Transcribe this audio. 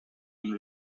and